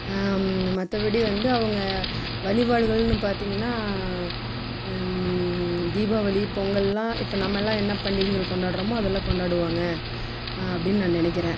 மற்றப்படி வந்து அவங்க வழிபாடுகள்னு பார்த்தீங்கனா தீபாவளி பொங்கெல்லாம் இப்போ நம்மல்லாம் என்ன பண்டிகைகள் கொண்டாடுகிறமோ அதெல்லாம் கொண்டாடுவாங்க அப்படின்னு நான் நினைக்கிறேன்